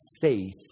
faith